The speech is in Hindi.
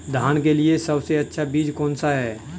धान के लिए सबसे अच्छा बीज कौन सा है?